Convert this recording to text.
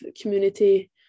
community